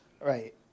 Right